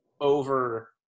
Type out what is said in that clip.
over